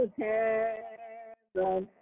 heaven